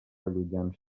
allunyant